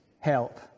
help